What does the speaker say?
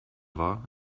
war